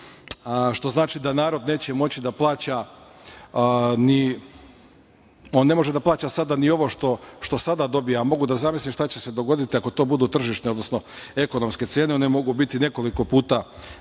što znači da narod neće moći da plaća. On ne može da plaća ni ovo što sada dobija, a mogu da zamislim šta će se dogoditi ako to budu tržišne, odnosno ekonomske cene, koje mogu biti nekoliko puta